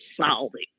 solving